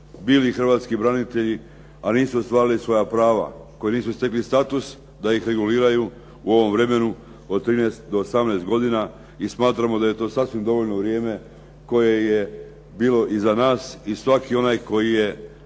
bili hrvatski branitelji ali nisu ostvarili svoja prava, koji nisu stekli status da ih reguliraju u ovom vremenu od 13 do 18 godina i smatramo da je to sasvim dovoljno vrijeme koje je bilo iza nas i svaki onaj koji se